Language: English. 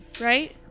right